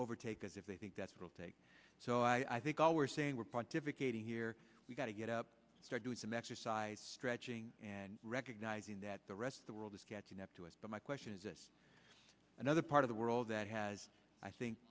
overtake us if they think that's will take so i think all we're saying we're pontificating here we've got to get up start doing some exercise stretching and recognizing that the rest of the world is catching up to us but my question is this another part of the world that has i think